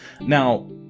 Now